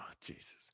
Jesus